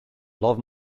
love